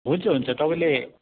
हुन्छ हुन्छ तपाईँले